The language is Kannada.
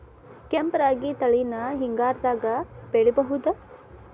ಕೆಂಪ ರಾಗಿ ತಳಿನ ಹಿಂಗಾರದಾಗ ಬೆಳಿಬಹುದ?